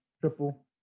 triple